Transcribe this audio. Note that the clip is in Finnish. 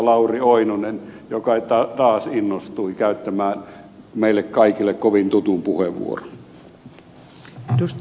lauri oinonen joka taas innostui käyttämään meille kaikille kovin tutun puheenvuoron